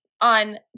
on